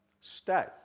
Stay